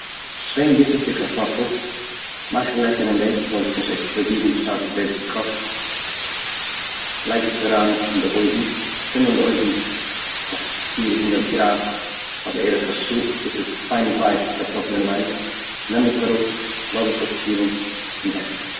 שווענק גוט אפ די קארטאפל, מאך לעכער אין דעם ס'זאל זיך נישט עקספלאדירן בשעת ס'ווערט געקאכט, לייג עס אריין אין די אויוון, צינד אן די אויוון אויף פיר הונדערט גראד פאר בערך א שעה ביז ס'איז פיין ווייעך די קארטאפל אינעווייניג, נעם עס ארויס און לאז עס אפקילן און עס.